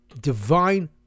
divine